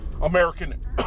American